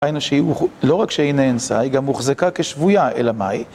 היינו, לא רק שהיא נאנסה, היא גם הוחזקה כשבויה אלה מאי.